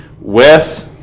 Wes